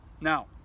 Now